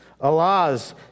Allahs